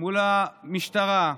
מול המשטרה,